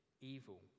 evil